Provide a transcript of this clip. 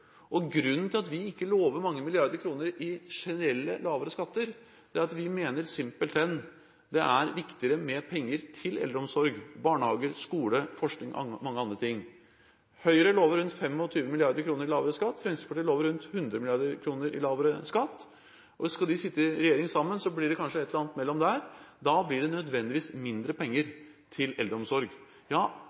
Grunnen til at vi ikke lover mange milliarder kroner i generelle lavere skatter, er at vi simpelthen mener det er viktigere med penger til eldreomsorg, barnehager, skole, forskning og mange andre ting. Høyre lover rundt 25 mrd. kr i lavere skatt, Fremskrittspartiet lover rundt 100 mrd. kr i lavere skatt. Skal de sitte i regjering sammen, blir det kanskje et eller annet mellom der, og da blir det nødvendigvis mindre penger til eldreomsorg.